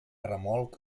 remolc